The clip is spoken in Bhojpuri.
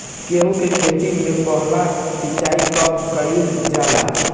गेहू के खेती मे पहला सिंचाई कब कईल जाला?